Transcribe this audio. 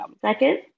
Second